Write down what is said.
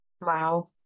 Wow